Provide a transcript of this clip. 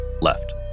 left